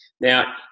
Now